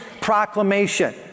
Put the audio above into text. proclamation